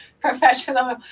professional